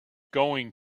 going